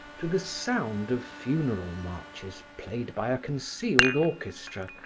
to the sound of funeral marches played by a concealed orchestra,